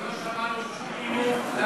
בבקשה.